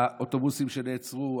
האוטובוסים שנעצרו,